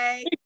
Bye